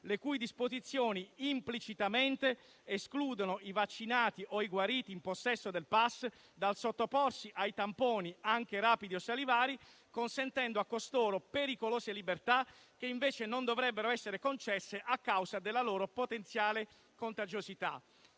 le cui disposizioni implicitamente escludono i vaccinati o i guariti in possesso del *pass* dal sottoporsi ai tamponi, anche rapidi o salivari, consentendo a costoro pericolose libertà che invece non dovrebbero essere concesse a causa della loro potenziale contagiosità.